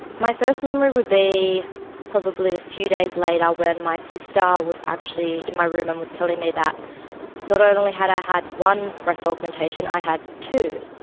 my first memory would be probably a few days later when my sister was actually in my room and was telling me that not only had i had one breast augmentation, i had two.